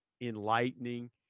enlightening